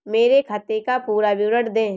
मेरे खाते का पुरा विवरण दे?